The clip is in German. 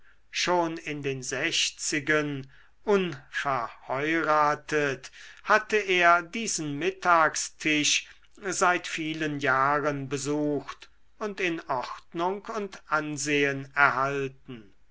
schon in den sechzigen unverheuratet hatte er diesen mittagstisch seit vielen jahren besucht und in ordnung und ansehen erhalten